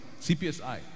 CPSI